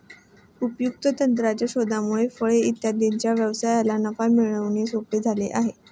उपयुक्त यंत्राच्या शोधामुळे फळे इत्यादींच्या व्यवसायात नफा मिळवणे सोपे झाले आहे